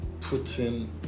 putting